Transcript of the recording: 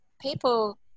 people